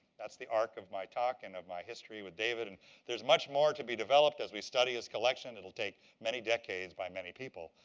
that's the arc of my talk and of my history with david. and there's much more to be developed as we study his collection. it'll take many decades by many people.